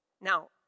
Now